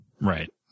Right